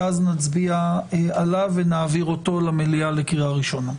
נצביע עליו ואז נעביר אותו למליאה לקריאה ראשונה.